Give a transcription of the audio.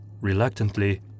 Reluctantly